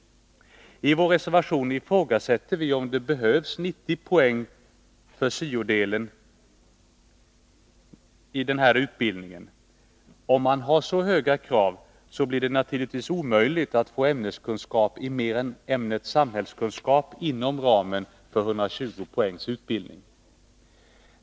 I vår reservation ifrågasätter vi om det behövs 90 poäng för syo-delen i denna utbildning. Om man har så höga krav, blir det naturligtvis omöjligt att få ämneskunskap i mer än ämnet samhällskunskap inom ramen för en utbildning på 120 poäng.